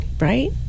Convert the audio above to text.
right